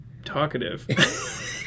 talkative